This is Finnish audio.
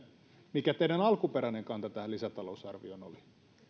mikä teidän alkuperäinen kantanne tähän lisätalousarvioon oli